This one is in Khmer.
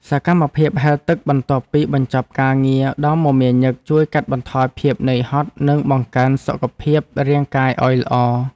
សកម្មភាពហែលទឹកបន្ទាប់ពីបញ្ចប់ការងារដ៏មមាញឹកជួយកាត់បន្ថយភាពនឿយហត់និងបង្កើនសុខភាពរាងកាយឱ្យល្អ។